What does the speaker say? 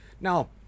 Now